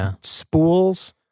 spools